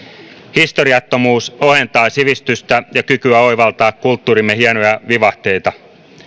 historiattomuus ohentaa sivistystä ja kykyä oivaltaa kulttuurimme hienoja vivahteita